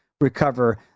recover